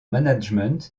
management